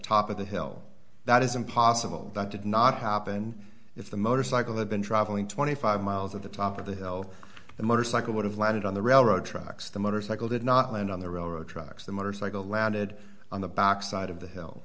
top of the hill that is impossible that did not happen if the motorcycle had been traveling twenty five miles at the top of the hill the motorcycle would have landed on the railroad tracks the motorcycle did not land on the railroad tracks the motorcycle landed on the back side of the hill